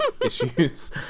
issues